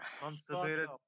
constipated